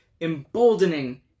emboldening